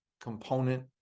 component